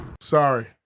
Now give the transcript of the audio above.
Sorry